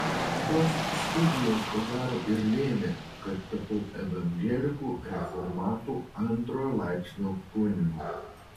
šios studijos ko gero ir lėmė kad tapau evangelikų reformatų antrojo laipsnio kunigu